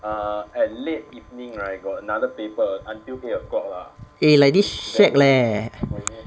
eh like this shag leh